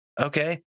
okay